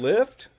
Lift